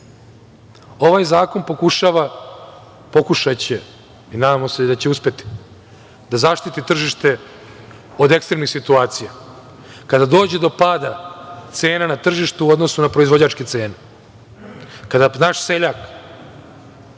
ovaj zakon pokušava, pokušaće i nadamo se i da će uspeti da zaštiti tržište od ekstremnih situacija. Kada dođe do pada cena na tržištu u odnosu na proizvođačke cene, kada naš seljak